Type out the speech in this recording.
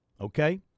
Okay